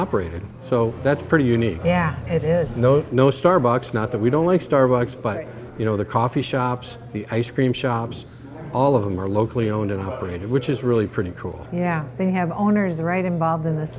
operated so that's pretty unique yeah it is no no starbucks not that we don't like starbucks but you know the coffee shops the ice cream shops all of them are locally owned and operated which is really pretty cool yeah they have owners right involved in